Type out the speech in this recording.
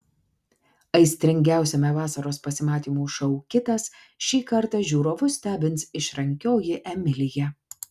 aistringiausiame vasaros pasimatymų šou kitas šį kartą žiūrovus stebins išrankioji emilija